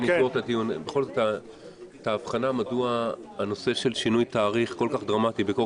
בכל זאת ההבחנה מדוע הנושא של שינוי תאריך כל כך דרמטי וכה